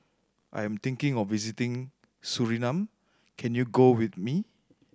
I am thinking of visiting Suriname can you go with me